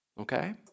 Okay